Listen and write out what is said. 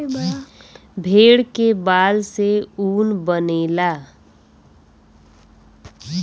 भेड़ के बाल से ऊन बनेला